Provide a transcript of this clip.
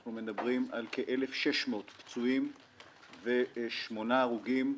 אנחנו מדברים על כ-1,600 פצועים ושמונה הרוגים,